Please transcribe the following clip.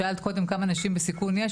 שאלת קודם כמה נשים בסיכון יש,